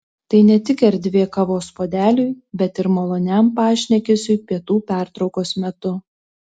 tai ne tik erdvė kavos puodeliui bet ir maloniam pašnekesiui pietų pertraukos metu